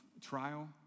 trial